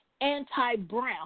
anti-brown